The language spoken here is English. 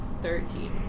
thirteen